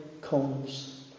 comes